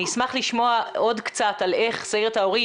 אני אשמח לשמוע עוד קצת על איך סיירת ההורים,